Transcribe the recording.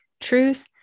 truth